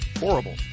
Horrible